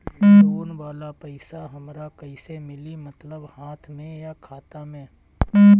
Loan वाला पैसा हमरा कइसे मिली मतलब हाथ में या खाता में?